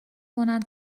کنند